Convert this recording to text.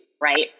right